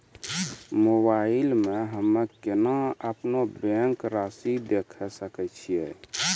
Mobile मे हम्मय केना अपनो बैंक रासि देखय सकय छियै?